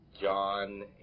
John